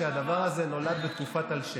שהדבר הזה נולד בתקופת אלשיך.